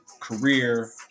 career